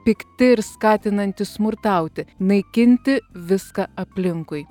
pikti ir skatinantys smurtauti naikinti viską aplinkui